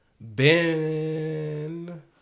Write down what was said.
ben